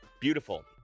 Beautiful